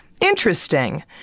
Interesting